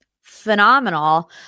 phenomenal